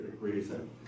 reason